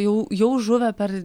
jau jau žuvę per